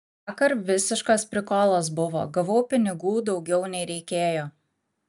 vakar visiškas prikolas buvo gavau pinigų daugiau nei reikėjo